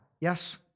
Yes